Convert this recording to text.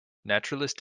naturalist